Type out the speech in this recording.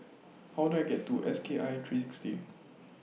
How Do I get to S K I three sixty